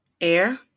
Air